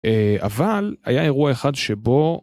אבל היה אירוע אחד שבו